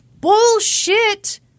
Bullshit